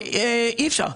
אי-אפשר,